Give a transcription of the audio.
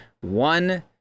one